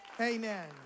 Amen